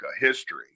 history